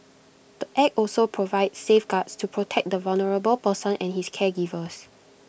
the act also provides safeguards to protect the vulnerable person and his caregivers